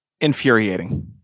Infuriating